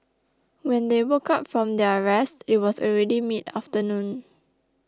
when they woke up from their rest it was already midafternoon